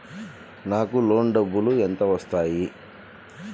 నాకు లోన్ డబ్బులు ఎంత వస్తాయి?